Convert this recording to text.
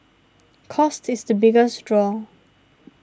cost is the biggest draw